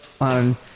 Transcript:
on